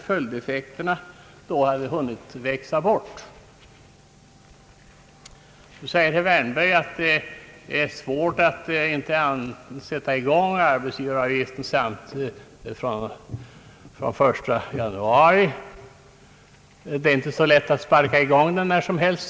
Följdeffekterna hade ju då hunnit växa bort. Herr Wärnberg påstår att det skulle vara svårt att inte börja tillämpa arbetsgivaravgiften från och med den 1 januari. Han säger att det inte är så lätt att sparka i gång den när som helst.